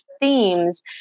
themes